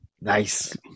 Nice